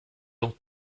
donc